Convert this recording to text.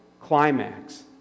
climax